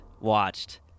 watched